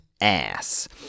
ass